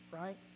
right